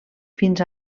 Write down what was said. fins